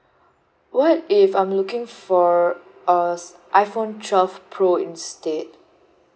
what if I'm looking for uh iphone twelve pro instead